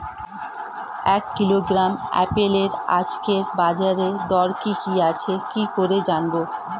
এক কিলোগ্রাম আপেলের আজকের বাজার দর কি কি আছে কি করে জানবো?